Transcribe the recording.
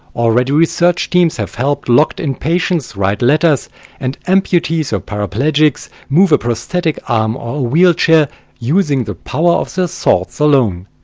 already research teams have helped locked-in patients write letters and amputees or paraplegics move a prosthetic arm or a wheelchair using the power of their thoughts alone.